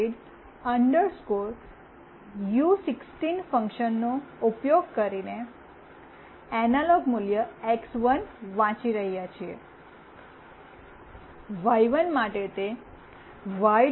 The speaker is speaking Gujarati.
રીડ યુ16 ફંક્શનનો ઉપયોગ કરીને એનાલોગ મૂલ્ય એક્સ1 વાંચી રહ્યા છીએ વાય1 માટે તે વાય